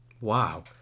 Wow